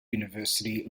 university